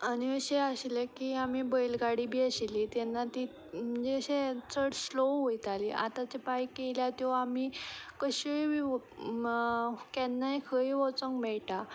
अशें आशिल्लें की आमी बैलगाडी बी आशिल्ली तेन्ना ती म्हणजे अशें चडशें स्लो वयताली आतांचे बायक येयल्या त्यो आमी कश्योय बी व्हरूं केन्नाय खंयी वचूंक मेळटा